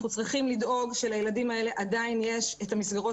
אנחנו צריכים לדאוג שלילדים האלה עדיין יש את המסגרות